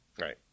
Right